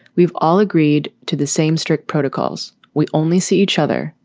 we've all agreed to the same strict protocols. we only see each other.